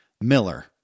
Miller